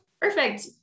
Perfect